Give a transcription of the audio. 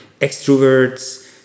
extroverts